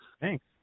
Thanks